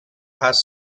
has